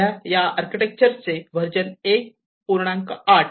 सध्या या आर्किटेक्चरची v1